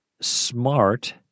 smart—